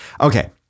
Okay